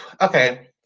Okay